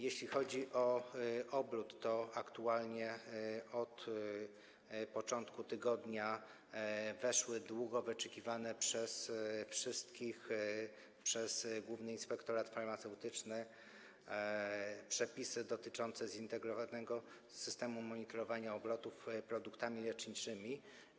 Jeśli chodzi o obrót, to aktualnie, na początku tygodnia, weszły długo wyczekiwane przez wszystkich, przez Główny Inspektorat Farmaceutyczny, przepisy dotyczące Zintegrowanego Systemu Monitorowania Obrotu Produktami Leczniczymi.